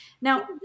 Now